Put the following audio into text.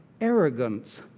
arrogance